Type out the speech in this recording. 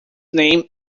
name